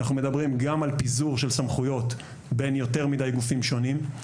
אנחנו מדברים גם על פיזור של סמכויות בין יותר מדי גופים שונים,